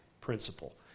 principle